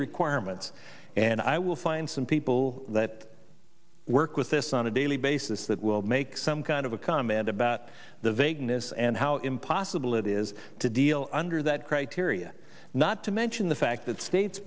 requirements and i will find some people that work with this on a daily basis that will make some kind of a comment about the vagueness and how impossible it is to deal under that criteria not to mention the fact that states